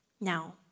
Now